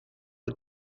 are